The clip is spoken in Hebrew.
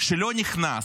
שלא נכנס,